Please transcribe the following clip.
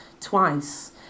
twice